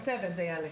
בצוות זה יעלה.